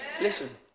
Listen